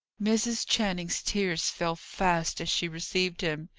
mrs. channing's tears fell fast as she received him.